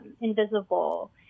invisible